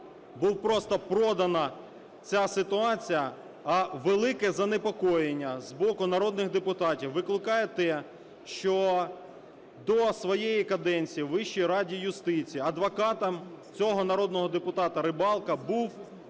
була просто продана ця ситуація. А велике занепокоєння з боку народних депутатів викликає те, що до своєї каденції Вищій раді юстиції, адвокатам цього народного депутата Рибалка був